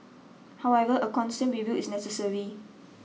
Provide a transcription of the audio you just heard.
however a constant review is necessary